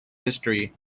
history